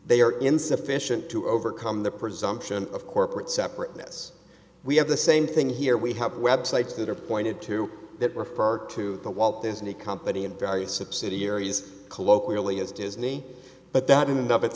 they are insufficient to overcome the presumption of corporate separateness we have the same thing here we have websites that are pointed to that refer to the walt disney company in various subsidiaries colloquially as disney but that i